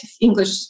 English